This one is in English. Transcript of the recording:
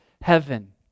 heaven